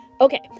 Okay